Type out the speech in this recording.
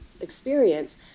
experience